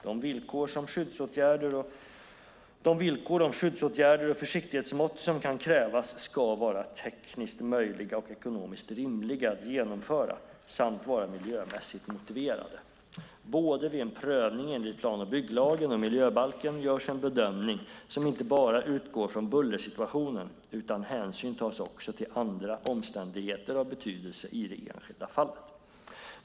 De villkor om skyddsåtgärder och försiktighetsmått som kan krävas ska vara tekniskt möjliga och ekonomiskt rimliga att genomföra samt vara miljömässigt motiverade. Både vid en prövning enligt plan och bygglagen och vid en prövning enligt miljöbalken görs en bedömning som inte bara utgår från bullersituationen, utan hänsyn tas också till andra omständigheter av betydelse i det enskilda fallet.